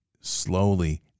slowly